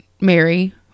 Mary